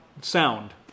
sound